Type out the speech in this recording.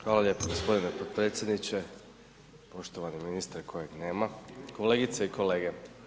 Hvala lijepo gospodine potpredsjedniče, poštovani ministre kojeg nema, kolegice i kolege.